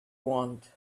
want